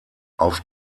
auf